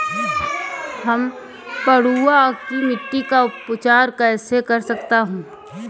मैं पडुआ की मिट्टी का उपचार कैसे कर सकता हूँ?